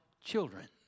children